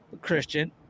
Christian